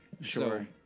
Sure